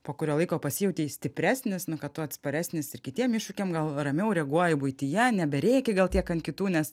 po kurio laiko pasijautei stipresnis na kad tu atsparesnis ir kitiem iššūkiam gal ramiau reaguoji buityje neberėki gal tiek kitų nes